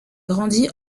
grandi